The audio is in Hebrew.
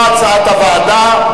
כהצעת הוועדה,